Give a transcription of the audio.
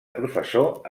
professor